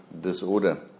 disorder